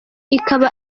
ikaba